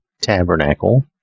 tabernacle